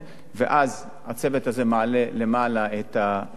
ואז הצוות הזה מעלה למעלה את הבעיות,